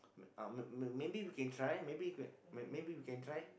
uh may maybe we can try maybe we can maybe we can try